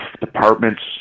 departments